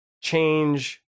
change